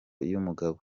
y’umugabo